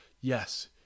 Yes